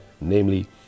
namely